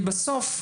כי בסוף,